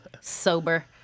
sober